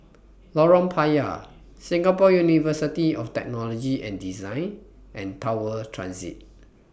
Lorong Payah Singapore University of Technology and Design and Tower Transit